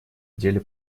деле